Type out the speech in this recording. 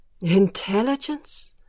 Intelligence